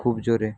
খুব জোরে